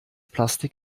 plastik